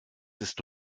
ist